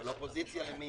אבל אופוזיציה למי?